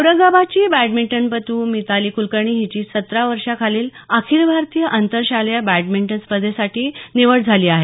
औरंगाबादची बॅडमिंटनपटू मिताली कुलकर्णी हिची सतरा वर्षाखालील अखिल भारतीय आंतरशालेय बॅडमिंटन स्पर्धेसाठी निवड झाली आहे